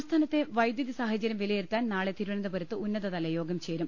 സംസ്ഥാനത്തെ വൈദ്യുതി സാഹചര്യം വിലയിരുത്താൻ നാളെ തിരു വനന്തപുരത്ത് ഉന്നതതലയോഗം ചേരും